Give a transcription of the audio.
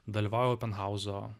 dalyvavauja openhauzo